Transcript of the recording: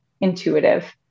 intuitive